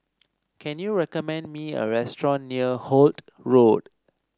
can you recommend me a restaurant near Holt Road